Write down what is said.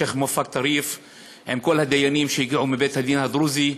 שיח' מואפק טריף עם כל הדיינים שהגיעו מבית-הדין הדרוזי.